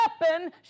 weapon